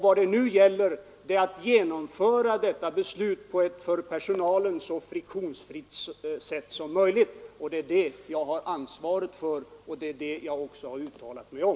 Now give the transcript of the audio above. Vad det nu gäller är att genomföra beslutet på ett för personalen så friktionsfritt sätt som möjligt. Det är det jag har ansvaret för, och det är också det jag har uttalat mig om.